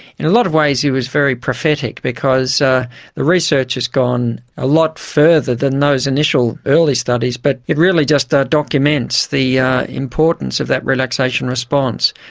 in a lot of ways he was very prophetic because the research has gone a lot further than those initial early studies, but it really just documents the importance of that relaxation response,